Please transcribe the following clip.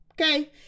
Okay